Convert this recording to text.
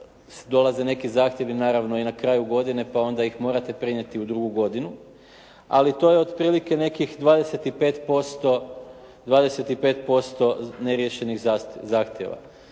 dolaze neki zahtjevi naravno i na kraju godine pa onda ih morate prenijeti u drugu godinu. Ali to je otprilike nekih 25% neriješenih zahtjeva